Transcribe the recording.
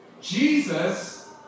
Jesus